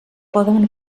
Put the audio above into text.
poden